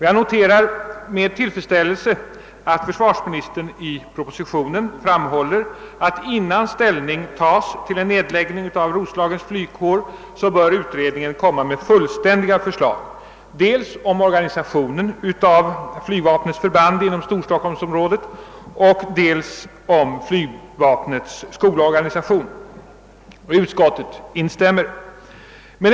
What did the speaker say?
Jag noterar med tillfredsställelse att försvarministern i propositionen framhåller att innan ställning tas till en nedläggning av Roslagens flygkår bör utredningen framlägga fullständiga förslag dels om organisationen av flygvapnets förband inom storstockholmsområdet, dels om flygvapnets skolorganisation. Utskottet instämmer.